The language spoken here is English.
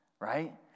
right